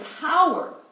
power